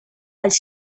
als